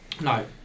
no